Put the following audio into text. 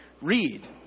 read